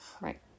Right